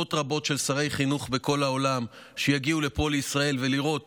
לעשרות רבות של שרי חינוך בכל העולם שיגיעו לפה לישראל לראות